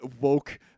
woke